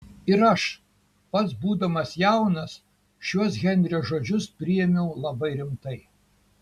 ir aš pats būdamas jaunas šiuos henrio žodžius priėmiau labai rimtai